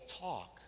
talk